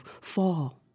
fall